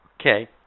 Okay